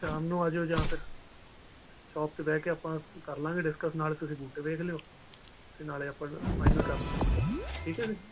ਸ਼ਾਮ ਨੂੰ ਆ ਜਾਇਓ ਜਾਂ ਫਿਰ ਸ਼ੋਪ 'ਤੇ ਬਹਿ ਕੇ ਆਪਾਂ ਕਰ ਲਵਾਂਗੇ ਡਿਸਕਸ ਨਾਲ ਤੁਸੀਂ ਬੂਟੇ ਵੇਖ ਲਿਓ ਅਤੇ ਨਾਲੇ ਆਪਾਂ ਫਾਈਨਲ ਕਰ ਠੀਕ ਹੈ ਜੀ